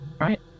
right